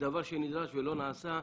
ודבר שנדרש ולא נעשה,